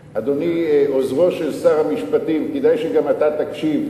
אדוני, עוזרו של שר המשפטים, כדאי שגם אתה תקשיב.